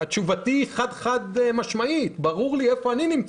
תשובתי היא חד-חד-משמעית: ברור לי איפה אני נמצא.